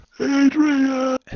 Adrian